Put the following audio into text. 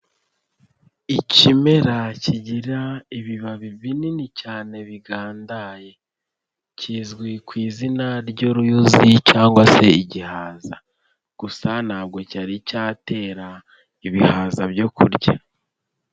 Ikimera kigira ibibabi binini cyane bigandaye. Kizwi ku izina ry'uruyuzi cyangwa se igihaza. Gusa ntabwo cyari cyatera ibihaza byo kurya.